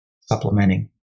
supplementing